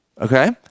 okay